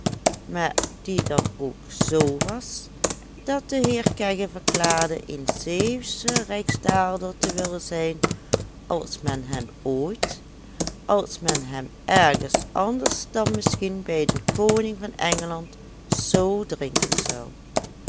maar die dan ook z was dat de heer kegge verklaarde een zeeuwsche rijksdaalder te willen zijn als men hem ooit als men hem ergens anders dan misschien bij den koning van engeland z drinken zou